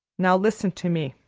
now listen to me,